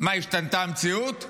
מה, השתנתה המציאות?